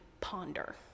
ponder